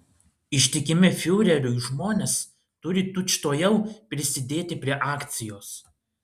ištikimi fiureriui žmonės turi tučtuojau prisidėti prie akcijos